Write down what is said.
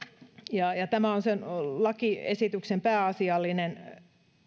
tämä on sen lakiesityksen pääasiallinen